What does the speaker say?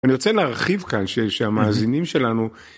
אני רוצה להרחיב כאן שהמאזינים שלנו...